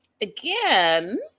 again